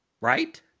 right